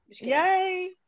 Yay